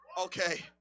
Okay